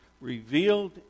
revealed